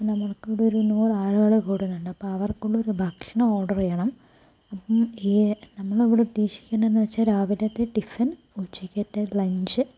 അപ്പോൾ നമ്മൾക്കിവിടൊരു നൂറ് ആളുകൾ കൂടുന്നുണ്ട് അപ്പോൾ അവർക്കുള്ളൊരു ഭക്ഷണം ഓർഡർ ചെയ്യണം അപ്പോൾ ഈ നമ്മളിവിടെ ഉദ്ദേശിക്കുന്നത് എന്ന് വച്ചാൽ രാവിലത്തെ ടിഫ്ഫിൻ ഉച്ചക്കത്തെ ലഞ്ച്